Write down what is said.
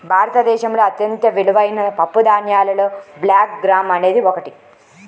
భారతదేశంలో అత్యంత విలువైన పప్పుధాన్యాలలో బ్లాక్ గ్రామ్ అనేది ఒకటి